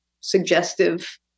suggestive